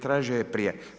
tražio je prije.